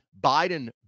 Biden